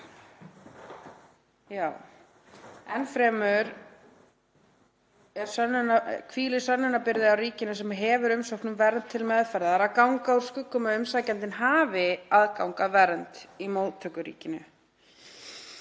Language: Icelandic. Enn fremur hvílir sönnunarbyrði á ríkinu sem hefur umsókn um vernd til meðferðar að ganga úr skugga um að umsækjandinn hafi aðgang að vernd í móttökuríkinu.